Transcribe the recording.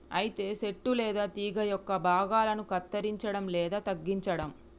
అయితే సెట్టు లేదా తీగ యొక్క భాగాలను కత్తిరంచడం లేదా తగ్గించడం